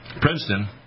Princeton